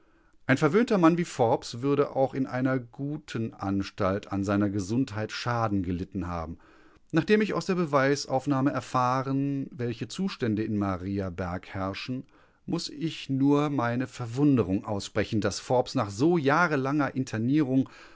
ein verwöhnter mann wie forbes würde auch in einer guten anstalt an seiner gesundheit schaden gelitten haben nachdem ich aus der beweisaufnahme erfahren welche zustände in mariaberg herrschen muß ich nur meine verwunderung aussprechen daß forbes nach so jahrelanger internierung